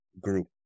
group